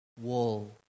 wall